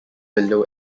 below